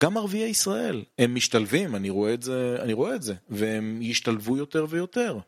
גם ערבי ישראל, הם משתלבים, אני רואה את זה, והם ישתלבו יותר ויותר.